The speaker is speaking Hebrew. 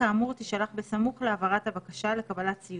כדי שיהיה ברור שאלה הפרטים של המידע, לא